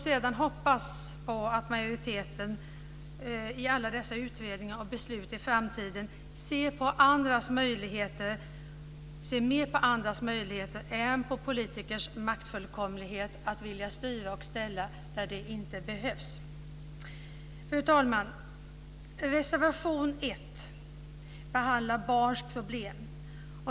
Sedan hoppas jag att majoriteten i alla dessa utredningar och beslut i framtiden ser mer på andras möjligheter än på politikers maktfullkomlighet att vilja styra och ställa där det inte behövs. Fru talman! I reservation 1 behandlas barns problem.